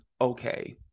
okay